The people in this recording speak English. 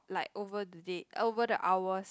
like over the date over the hours